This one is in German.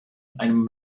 einem